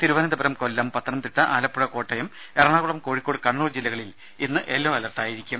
തിരുവനന്തപുരം കൊല്ലം പത്തനംതിട്ട ആലപ്പുഴ കോട്ടയം എറണാകുളം കോഴിക്കോട് കണ്ണൂർ ജില്ലകളിൽ യെല്ലോ അലർട്ടായിരിക്കും